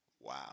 wow